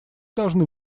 должны